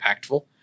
impactful